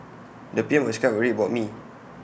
the P M was quite worried about me